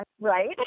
right